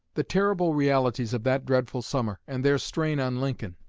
the terrible realities of that dreadful summer, and their strain on lincoln,